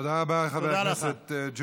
תודה רבה לחבר הכנסת, תודה רבה.